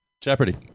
Jeopardy